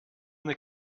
the